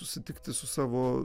susitikti su savo